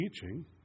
teaching